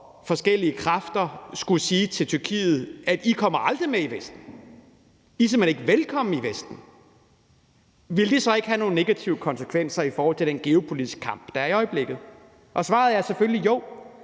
forskellige kræfter skulle sige til Tyrkiet, at de aldrig kommer med i Vesten, at I er simpelt hen ikke velkomne i Vesten, vil det så ikke have nogle negative konsekvenser i forhold til den geopolitiske kamp, der er i øjeblikket? Svaret er selvfølgelig: Jo.